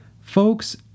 Folks